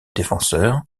défenseur